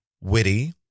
witty